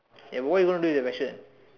they won't even read the question